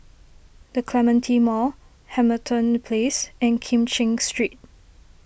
the Clementi Mall Hamilton Place and Kim Cheng Street